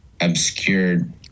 obscured